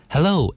Hello